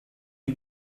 you